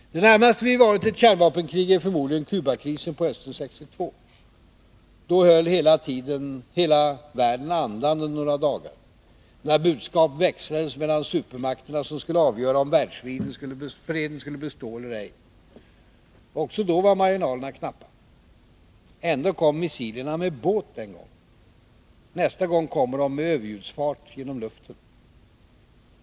Det närmaste vi varit ett kärnvapenkrig är förmodligen Cubakrisen på hösten 1962. Då höll hela världen andan under några dagar, när budskap växlades mellan supermakterna som skulle avgöra om världsfreden skulle bestå eller ej. Också då var marginalerna knappa. Ändå kom missilerna med båt den gången. Nästa gång kommer de med överljudsfart genom luften.